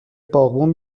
باغبون